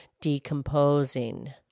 decomposing